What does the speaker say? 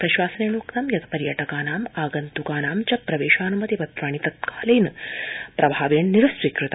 प्रशासनेनोक्तं यत् पर्यटकानां आगन्तुकानां च प्रवेशानुमति पत्राणि तत्काल प्रभावेण निरस्तीकृता